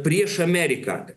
prieš ameriką